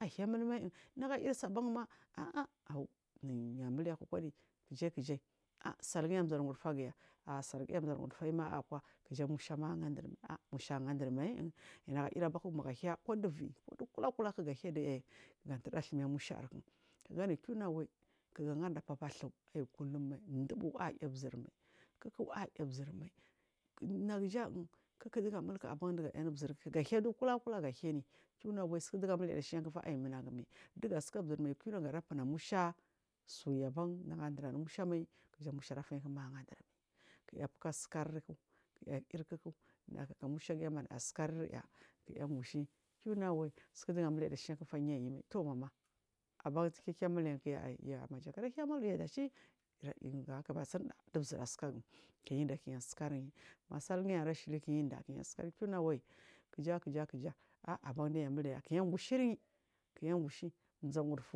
ahyamulma naga isabanma aa awu niyamulek koni kije kije salgiyi anzan wu ufaguya sagiya amzan wudufayu ma akwa kiyamushama ahadir mai a musha a handir mai magaar fak maga hya kudu vii dukula k lakga hidu gan duɗu dhumai musha ark ganu kina wa kiga harda fafathur aikulumai dubu airzirmai kik airzinlla kin giya kikduga mulkaban digain zir kula kulaga hyanin kiila wai sikudiga muleda shiyakfa ai munagumai dugasika zir naai mag fima musha suyaban naga diraan mushamai musharafaiyk aganchi mai kiya fuka sikarik kiya irkii naga kak mushagiya naya sikai ai ki ani gushe kina siku diga mule deshiyakfa yayimai tuu mama abandikemulekya aiya majakir hyamue daci rainga kibasirɗa dizir asukagu kiyidaa kiyasikar yi masalgiyi ashili kiyan da sikari kina waiy keja keja keja abandiyamule kiya gushi ciryi kiya gushi zan wudifu.